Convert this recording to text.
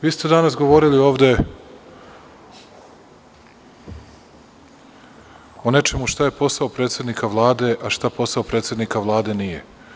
Vi ste danas govorili ovde o nečemu šta je posao predsednika Vlade, a šta posao predsednika Vlade nije.